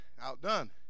outdone